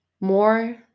More